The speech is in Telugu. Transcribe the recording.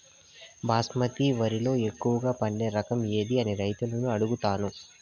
బాస్మతి వరిలో ఎక్కువగా పండే రకం ఏది అని రైతులను అడుగుతాను?